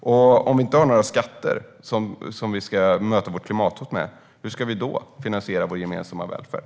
Och hur ska vi finansiera vår gemensamma välfärd om vi inte har några skatter att möta klimathotet med?